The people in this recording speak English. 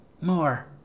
more